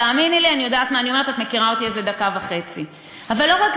תאמיני לי, אני יודעת מה אני אומרת.